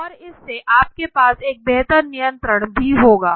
और इससे आपके पास एक बेहतर नियंत्रण भी होगा